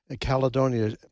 Caledonia